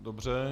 Dobře.